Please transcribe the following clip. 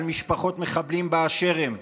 על משפחות מחבלים באשר הם.